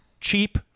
cheap